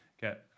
get